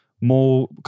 more